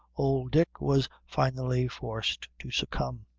old dick was finally forced to succumb.